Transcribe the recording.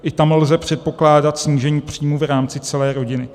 I tam lze předpokládat snížení příjmů v rámci celé rodiny.